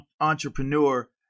entrepreneur